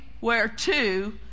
whereto